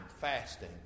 fasting